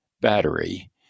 battery